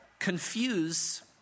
confuse